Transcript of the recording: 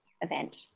event